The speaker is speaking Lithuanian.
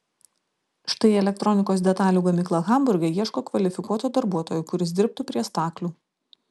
štai elektronikos detalių gamykla hamburge ieško kvalifikuoto darbuotojo kuris dirbtų prie staklių